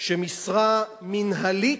שמשרה מינהלית,